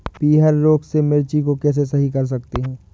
पीहर रोग से मिर्ची को कैसे सही कर सकते हैं?